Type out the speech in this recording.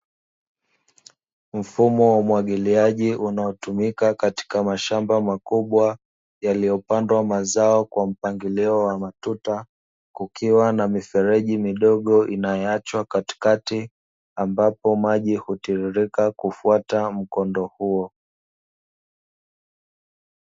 Mfumo wa umwagiliaji unaotumika katika mashamba makubwa, yaliyopandwa mazao kwa mpangilio wa matuta, kukiwa na mifereji midogo inayoachwa katikati, ambapo maji hutiririka kufuata mkondo huo.